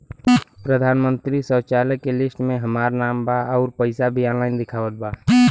प्रधानमंत्री शौचालय के लिस्ट में हमार नाम बा अउर पैसा भी ऑनलाइन दिखावत बा